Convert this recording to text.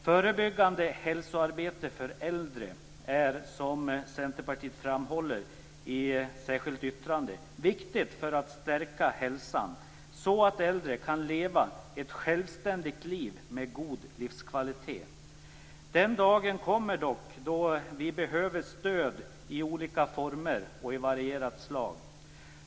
Förebyggande hälsoarbete för äldre är, som Centerpartiet framhåller i ett särskilt yttrande, viktigt för att stärka hälsan så att äldre kan leva ett självständigt liv med god livskvalitet. Den dagen kommer då vi behöver stöd i olika former och av varierat slag.